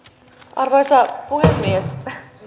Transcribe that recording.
arvoisa puhemies